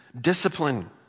discipline